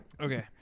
Okay